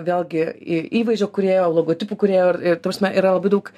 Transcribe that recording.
vėlgi į įvaizdžio kūrėjo logotipų kūrėjo ir ta prasme yra labai daug